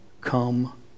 come